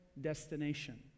destination